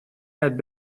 had